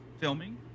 filming